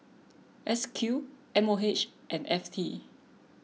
S Q M O H and F T